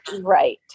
right